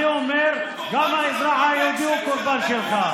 אני אומר, גם האזרח היהודי הוא קורבן שלך.